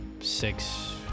six